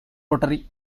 pottery